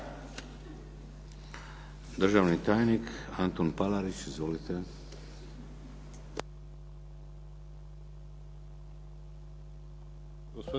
Državni tajnik Antun Palarić. Izvolite.